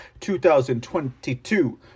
2022